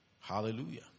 Hallelujah